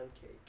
cake